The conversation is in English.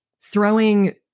throwing